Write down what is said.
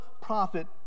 prophet